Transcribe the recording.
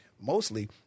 mostly